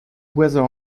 whether